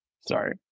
sorry